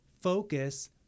focus